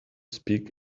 speak